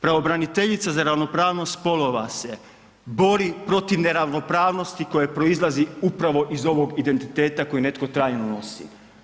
Pravobraniteljica za ravnopravnost spolova se bori protiv neravnopravnosti koja proizlazi upravo iz ovog identiteta koji netko trajno nosi.